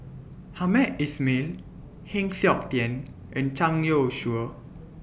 Hamed Ismail Heng Siok Tian and Zhang Youshuo